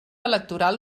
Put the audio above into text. electoral